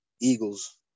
eagles